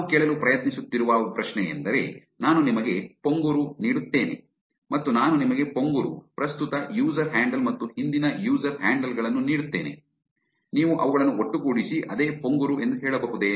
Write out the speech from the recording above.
ನಾವು ಕೇಳಲು ಪ್ರಯತ್ನಿಸುತ್ತಿರುವ ಪ್ರಶ್ನೆಯೆಂದರೆ ನಾನು ನಿಮಗೆ ಪೊಂಗುರು ನೀಡುತ್ತೇನೆ ಮತ್ತು ನಾನು ನಿಮಗೆ ಪೊಂಗುರು ಪ್ರಸ್ತುತ ಯೂಸರ್ ಹ್ಯಾಂಡಲ್ ಮತ್ತು ಹಿಂದಿನ ಯೂಸರ್ ಹ್ಯಾಂಡಲ್ ಗಳನ್ನು ನೀಡುತ್ತೇನೆ ನೀವು ಅವುಗಳನ್ನು ಒಟ್ಟುಗೂಡಿಸಿ ಅದೇ ಪೊಂಗುರು ಎಂದು ಹೇಳಬಹುದೇ